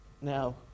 Now